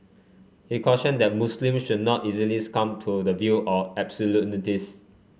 he cautioned that Muslims should not easily succumb to the view of absolutists